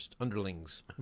underlings